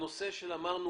אמרנו